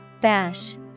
Bash